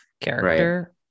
character